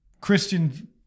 Christian